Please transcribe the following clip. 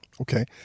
Okay